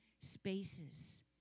spaces